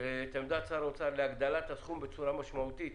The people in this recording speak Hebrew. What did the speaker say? את עמדת שר האוצר להגדלת הסיכום בצורה משמעותית